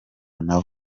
nawo